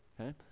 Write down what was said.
okay